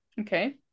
Okay